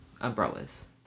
umbrellas